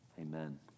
Amen